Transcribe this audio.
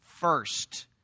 First